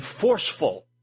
forceful